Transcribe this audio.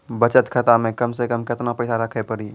बचत खाता मे कम से कम केतना पैसा रखे पड़ी?